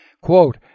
Quote